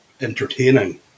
entertaining